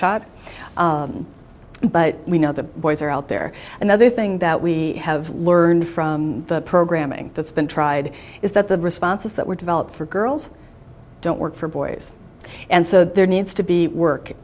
shot but we know the boys are out there and the other thing that we have learned from the programming that's been tried is that the responses that were developed for girls don't work for boys and so there needs to be work